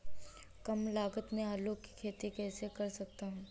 कम लागत में आलू की खेती कैसे कर सकता हूँ?